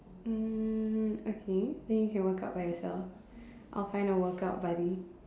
um okay then you can work out by yourself I'll find a workout buddy